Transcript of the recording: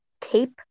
tape